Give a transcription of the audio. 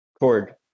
Cord